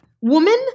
Woman